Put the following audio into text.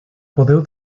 podeu